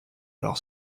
leurs